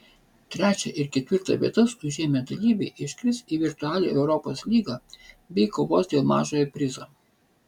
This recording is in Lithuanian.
trečią ir ketvirtą vietas užėmę dalyviai iškris į virtualią europos lygą bei kovos dėl mažojo prizo